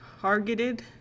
targeted